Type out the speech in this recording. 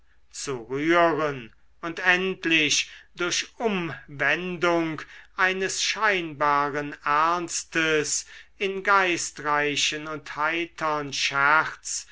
zu rühren und endlich durch umwendung eines scheinbaren ernstes in geistreichen und heitern scherz